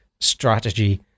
strategy